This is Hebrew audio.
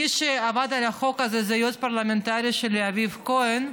מי שעבד על החוק הזה זה היועץ הפרלמנטרי שלי אביב כהן,